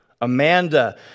Amanda